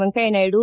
Venkaiah Naidu